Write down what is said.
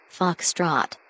Foxtrot